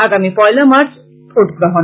আগামী পয়লা মার্চ ভোটগ্রহণ